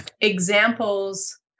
examples